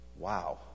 Wow